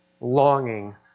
longing